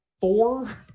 four